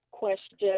question